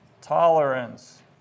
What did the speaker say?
tolerance